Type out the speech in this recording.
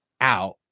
out